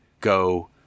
go